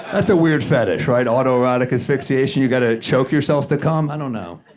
that's a weird fetish, right? autoerotic asphyxiation. you gotta choke yourself to come? i don't know.